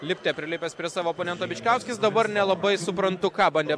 lipte prilipęs prie savo oponento bičkauskis dabar nelabai suprantu ką bandė